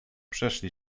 przeszli